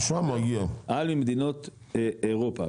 ממדינות אירופה,